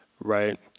right